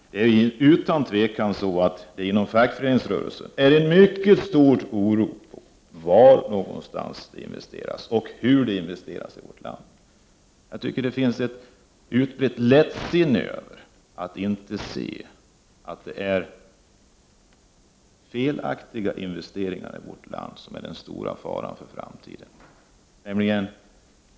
Inom fackföreningsrörelsen finns utan tvivel en mycket stor oro för var och hur det investeras i vårt land. Jag tycker att det finns ett utbrett lättsinne när man inte ser att det är felaktiga investeringar i vårt land som är den stora faran för framtiden.